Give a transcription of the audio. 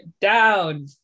down